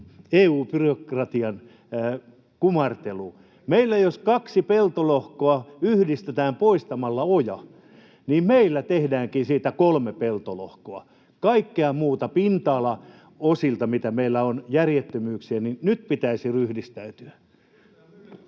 Erinomainen kysymys!] Jos meillä kaksi peltolohkoa yhdistetään poistamalla oja, niin tehdäänkin siitä kolme peltolohkoa. Pinta-alan osalta kaikki, mitä meillä on järjettömyyksiä — nyt pitäisi ryhdistäytyä.